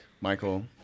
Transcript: Michael